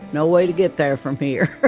no way to get there from here.